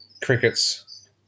crickets